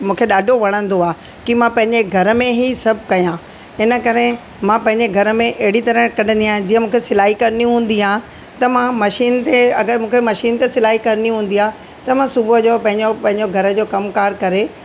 मूंखे ॾाढो वणंदो आहे की मां पंहिंजे घर में ई सभु कयां हिन करे मां पंहिंजे घर में अहिड़ी तरह कॾंदी आहियां जीअं मूंखे सिलाई करिणी हूंदी आहे त मां मशीन ते अगरि मूंखे मशीन ते सिलाई करिणी हूंदी आहे त मां सुबुह जो पंहिंजो पंहिंजो घर जो कमकार करे